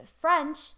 French